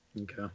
Okay